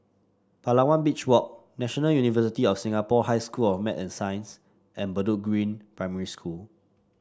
Palawan Beach Walk National University of Singapore High School of Math and Science and Bedok Green Primary School